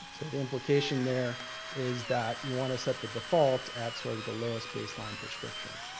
the implication there is that you wanna set the default at sort of the lowest baseline prescription.